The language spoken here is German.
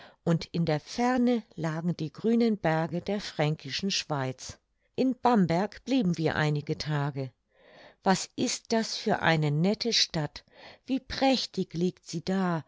und in der ferne lagen die grünen berge der fränkischen schweiz in bamberg blieben wir einige tage was ist das für eine nette stadt wie prächtig liegt sie da